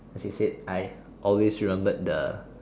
she said I always remembered the